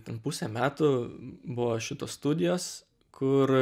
ten pusę metų buvo šitos studijos kur